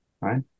right